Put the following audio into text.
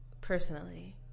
personally